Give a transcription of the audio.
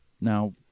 now